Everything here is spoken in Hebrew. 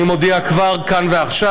אני מודיע כבר, כאן ועכשיו,